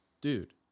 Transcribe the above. Dude